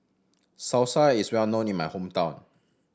salsa is well known in my hometown